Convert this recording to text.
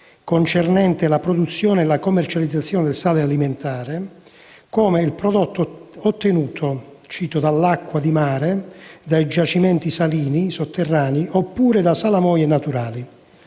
(concernente la produzione e la commercializzazione del sale alimentare) come il prodotto ottenuto - cito - dall'acqua di mare, dai giacimenti salini sotterranei oppure dalle salamoie naturali.